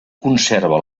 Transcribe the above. conserve